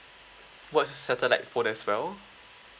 what's satellite phone as well